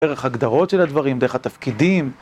דרך הגדרות של הדברים, דרך התפקידים